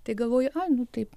tai galvoju ai nu taip